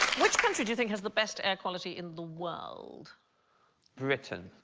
which country do you think has the best air quality in the world britain